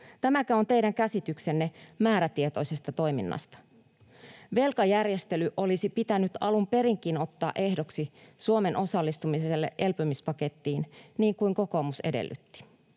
tämäkö on teidän käsityksenne määrätietoisesta toiminnasta? Velkajärjestely olisi pitänyt alun perinkin ottaa ehdoksi Suomen osallistumiselle elpymispakettiin, niin kuin kokoomus edellytti.